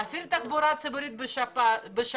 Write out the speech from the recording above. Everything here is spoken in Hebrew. להפעיל תחבורה ציבורית בשבת,